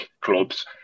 clubs